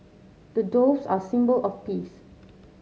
the doves are symbol of peace